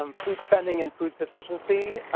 um food spending and food sufficiency.